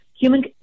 Human